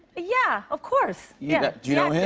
yeah. of course, yeah. do you know him,